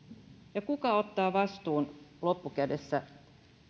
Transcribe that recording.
ja kuka ottaa vastuun loppukädessä